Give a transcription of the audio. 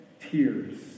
tears